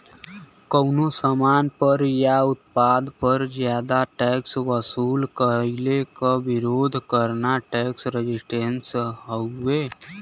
कउनो सामान पर या उत्पाद पर जादा टैक्स वसूल कइले क विरोध करना टैक्स रेजिस्टेंस हउवे